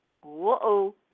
Whoa